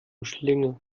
schlingel